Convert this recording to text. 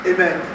Amen